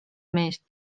meest